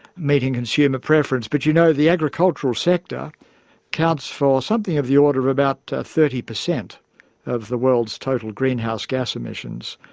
meeting consumer preference, but you know, the agricultural sector counts for something of the order of about thirty per cent of the world's total greenhouse gas emissions,